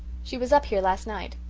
she was up here last night.